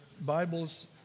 Bibles